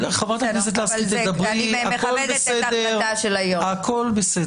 מכבדת את החלטת היו"ר.